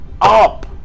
up